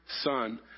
son